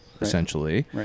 essentially